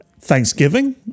Thanksgiving